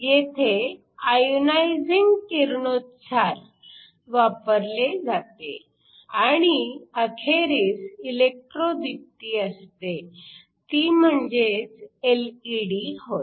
येथे आयोनायझिंग किरणोत्सार वापरले जाते आणि अखेरीस इलेक्ट्रो दीप्ती असते ती म्हणजेच एलईडी होय